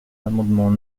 l’amendement